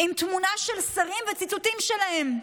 עם תמונה של שרים וציטוטים שלהם,